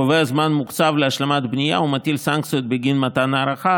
הקובעת זמן מוקצב להשלמת בנייה ומטילה סנקציות בגין מתן הארכה